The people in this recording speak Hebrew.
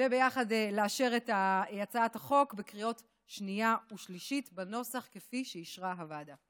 לאשר את הצעת החוק בקריאה השנייה והשלישית בנוסח שאישרה הוועדה.